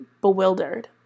bewildered